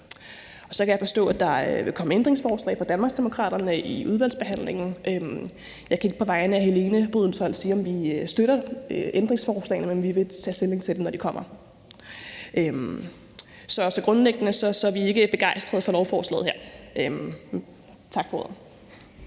Jeg kan forstå, at der vil komme ændringsforslag fra Danmarksdemokraterne under udvalgsbehandlingen. Jeg kan ikke på vegne af Helene Brydensholt sige, om vi støtter et ændringsforslag, men vi vil tage stilling til det, når det kommer. Så grundlæggende er vi ikke begejstrede for lovforslaget her. Tak for ordet.